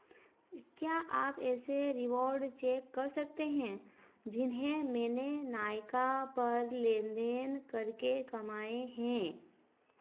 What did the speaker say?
क्या आप ऐसे रिवॉर्ड चेक कर सकते हैं जिन्हें मैंने नायका पर लेन देन करके कमाए हैं